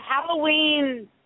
Halloween